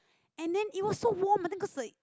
and then it was so warm I think cause like